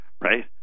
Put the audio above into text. Right